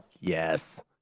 yes